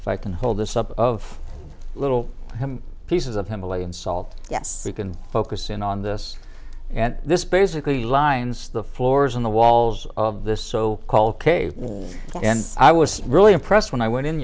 if i can hold this up of little pieces of himalayan salt yes you can focus in on this and this basically lines the floors on the walls of this so called cave and i was really impressed when i went in